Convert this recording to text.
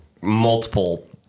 multiple